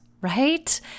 right